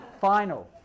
Final